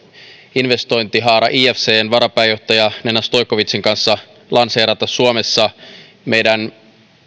investointihaara ifcn varapääjohtaja nena stoiljkovicin kanssa lanseerata suomessa meidän